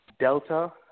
Delta